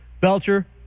Belcher